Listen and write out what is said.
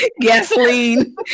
Gasoline